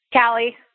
Callie